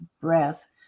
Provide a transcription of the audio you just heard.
breath